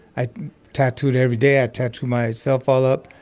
i tattooed every day. i tattooed myself all up.